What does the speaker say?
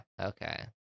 Okay